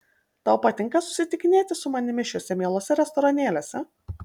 tau patinka susitikinėti su manimi šiuose mieluose restoranėliuose